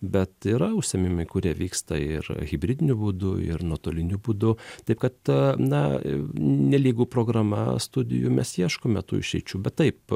bet yra užsiėmimai kurie vyksta ir hibridiniu būdu ir nuotoliniu būdu taip kad na nelygu programa studijų mes ieškome tų išeičių bet taip